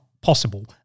possible